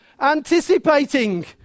anticipating